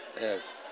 yes